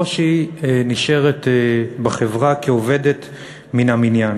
או שהיא נשארת בחברה כעובדת מן המניין.